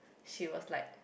she was like